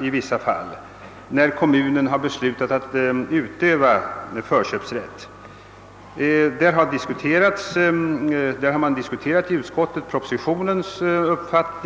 i vissa fall informera om att kommun beslutat utöva sin förköpsrätt.